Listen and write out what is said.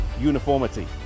uniformity